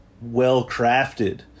well-crafted